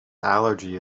allergy